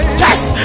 test